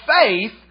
faith